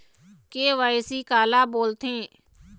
KYC काला बोलथें?